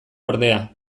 ordea